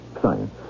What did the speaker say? Science